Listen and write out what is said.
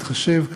בהתחשב,